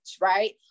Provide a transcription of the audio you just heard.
right